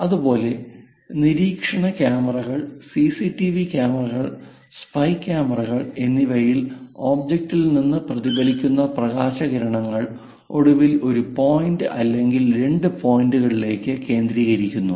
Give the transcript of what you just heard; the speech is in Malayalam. അതുപോലെ നിരീക്ഷണ ക്യാമറകൾ സിസിടിവി ക്യാമറകൾ സ്പൈ ക്യാമറകൾ എന്നിവയിൽ ഒബ്ജക്റ്റിൽ നിന്ന് പ്രതിഫലിക്കുന്ന പ്രകാശകിരണങ്ങൾ ഒടുവിൽ ഒരു പോയിന്റ് അല്ലെങ്കിൽ രണ്ട് പോയിന്റുകളിലേക്ക് കേന്ദ്രീകരിക്കുന്നു